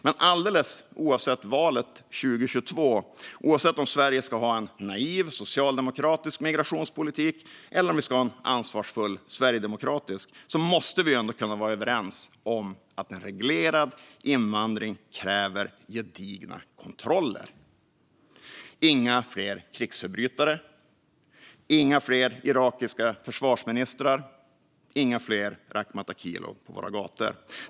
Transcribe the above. Men alldeles oavsett valet 2022 - oavsett om Sverige ska ha en naiv, socialdemokratisk migrationspolitik eller en ansvarsfull sverigedemokratisk migrationspolitik - måste vi kunna vara överens om att en reglerad invandring kräver gedigna kontroller. Inga fler krigsförbrytare! Inga fler irakiska försvarsministrar! Inga fler Rakhmat Akilov på våra gator!